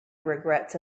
regrets